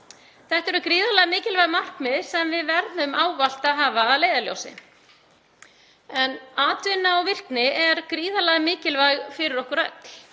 Þetta eru gríðarlega mikilvæg markmið sem við verðum ávallt að hafa að leiðarljósi. Atvinna og virkni er gríðarlega mikilvæg fyrir okkur öll